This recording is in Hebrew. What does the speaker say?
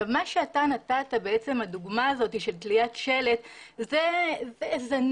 הדוגמה שנתת של תליית שלט היא זניחה,